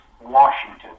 Washington